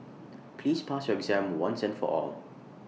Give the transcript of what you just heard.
please pass your exam once and for all